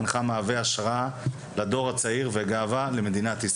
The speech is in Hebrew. הינך מהווה השראה לדור הצעיר וגאווה למדינת ישראל.